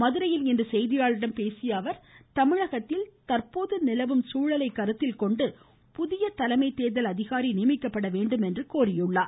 மதுரையில் இன்று செய்தியாளர்களிடம் பேசிய அவர் தமிழகத்தில் தற்போது நிலவும் சூழலை கருத்தில் கொண்டு புதிய தலைமை தேர்தல் அதிகாரி நியமிக்கப்பட வேண்டும் என்றும் அவர் கூறினார்